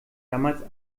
damals